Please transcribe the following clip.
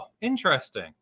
interesting